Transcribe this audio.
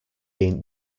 been